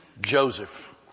Joseph